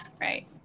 right